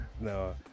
No